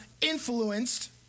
influenced